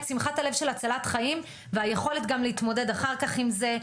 שמחת הלב של הצלת חיים ויכולת גם להתמודד אחר כך עם זה,